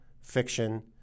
fiction